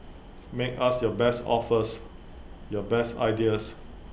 make us your best offers your best ideas